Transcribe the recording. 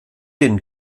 den